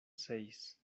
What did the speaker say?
seis